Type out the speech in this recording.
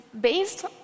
based